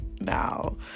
now